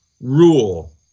rule